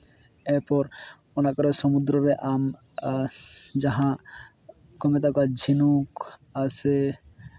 ᱮᱨᱯᱚᱨ ᱚᱱᱟ ᱠᱚᱨᱮᱜ ᱥᱚᱢᱩᱫᱨᱩ ᱨᱮ ᱟᱢ ᱡᱟᱦᱟᱸ ᱠᱚ ᱢᱮᱛᱟ ᱠᱚᱣᱟ ᱡᱷᱤᱱᱩᱠ ᱥᱮ